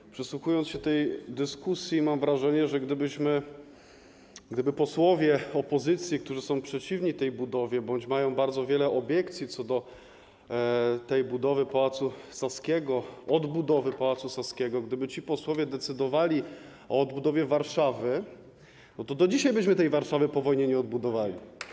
Gdy przysłuchuję się tej dyskusji, mam wrażenie, że gdyby posłowie opozycji, którzy są przeciwni tej budowie bądź mają bardzo wiele obiekcji co do budowy Pałacu Saskiego, odbudowy Pałacu Saskiego, decydowali o odbudowie Warszawy, to do dzisiaj byśmy tej Warszawy po wojnie nie odbudowali.